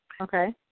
Okay